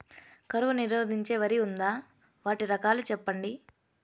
కరువు నిరోధించే వరి ఉందా? వాటి రకాలు చెప్పండి?